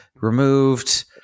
removed